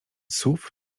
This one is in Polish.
słów